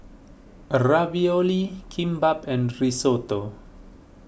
Ravioli Kimbap and Risotto